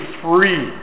free